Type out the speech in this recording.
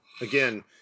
again